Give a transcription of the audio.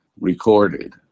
recorded